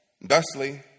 Thusly